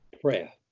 prayer